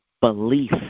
belief